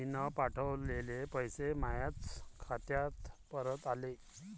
मीन पावठवलेले पैसे मायाच खात्यात परत आले